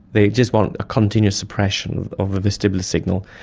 they just want a continuous suppression of the vestibular signal.